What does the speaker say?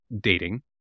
dating